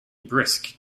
brisk